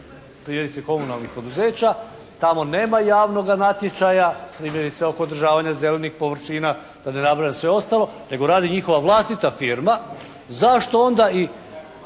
primjerice komunalnih poduzeća tamo nema javnoga natječaja primjerice o podržavanju zelenih površina da ne nabrajam sve ostalo nego radi njihova vlastita firma. Zašto onda i